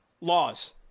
laws